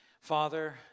Father